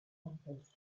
sometimes